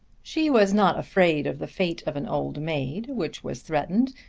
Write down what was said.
she was not afraid of the fate of an old maid which was threatened,